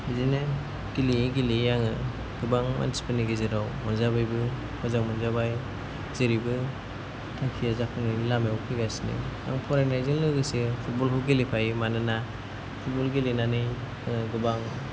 बिदिनो गेलेयै गेलेयै आङो गोबां मानसिफोरनि गेजेराव अनजाबायबो मोजां मोनजाबाय जेरैबो थांखिया जाखांनायनि लामायाव फैगासिनो आं फरायनायजों लोगोसे फुटबलखौबो गेलेफायो मानोना फुटबल गेलेनानै गोबां